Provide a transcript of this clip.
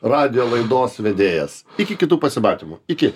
radijo laidos vedėjas iki kitų pasimatymų iki